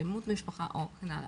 אלימות במשפחה וכן הלאה,